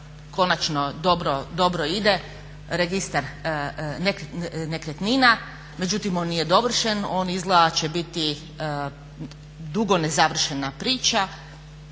konačno dobro ide, Registar nekretnina, međutim on nije dovršen, on izgleda će biti dugo nezavršena priče.